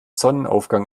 sonnenaufgang